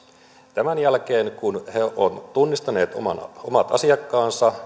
tämän jälkeen kun he on tunnistaneet omat omat asiakkaansa